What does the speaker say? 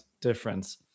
difference